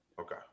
Okay